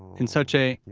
in such a,